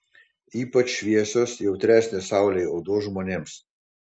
ypač šviesios jautresnės saulei odos žmonėms